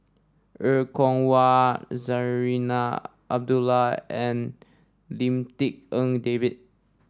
Er Kwong Wah Zarinah Abdullah and Lim Tik En David